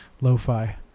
Lo-fi